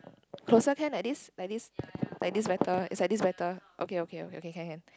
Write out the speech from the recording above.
closer can like this like this like this better is like this better okay okay okay can can can